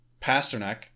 Pasternak